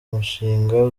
mushinga